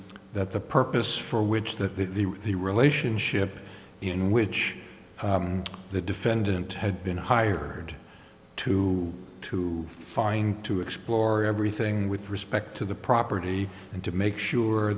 that the purpose for which that the relationship in which the defendant had been hired to to find to explore everything with respect to the property and to make sure